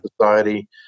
society